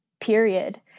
period